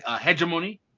hegemony